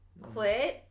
clit